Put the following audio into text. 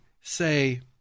say